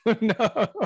no